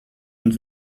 und